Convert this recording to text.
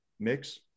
mix